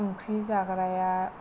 ओंख्रि जाग्राया